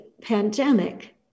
pandemic